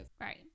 Right